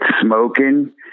smoking